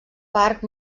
parc